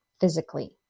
physically